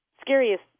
scariest